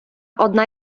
одна